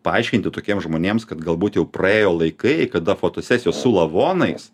paaiškinti tokiem žmonėms kad galbūt jau praėjo laikai kada fotosesijos su lavonais